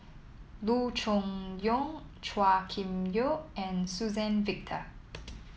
Loo Choon Yong Chua Kim Yeow and Suzann Victor